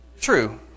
True